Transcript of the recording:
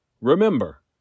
Remember